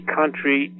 country